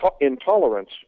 Intolerance